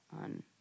on